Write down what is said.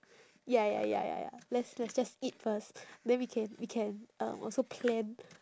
ya ya ya ya ya let's let's just eat first then we can we can um also plan